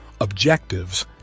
objectives